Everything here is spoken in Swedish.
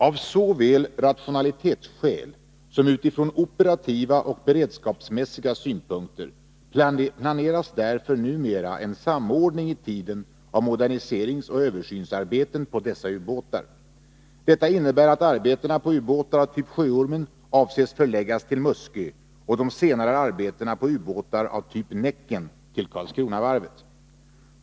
Av såväl rationalitetsskäl som ur operativa och beredskapsmässiga synpunkter planeras därför numera en samordning i tiden av moderniseringsoch översynsarbeten på dessa ubåtar. Detta innebär att arbetena på ubåtar av typ Sjöormen avses förläggas till Muskö och de senare arbetena på ubåtar av typ Näcken till Karlskronavarvet.